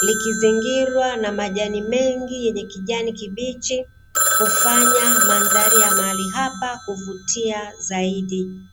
likizingirwa na majani mengi yenye kijani kibichi hufanya mandhari ya mahali hapa kuvutia zaidi.